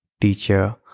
teacher